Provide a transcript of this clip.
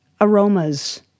aromas